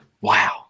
Wow